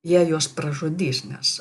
jie juos pražudys nes